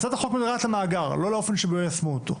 הצעת החוק נוגעת למאגר ולא לאופן שבו יישמו אותו.